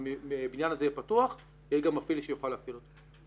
שהבניין הזה יהיה פתוח יהיה גם מפעיל שיוכל להפעיל אותו.